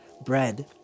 bread